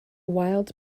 wild